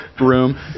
room